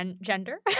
gender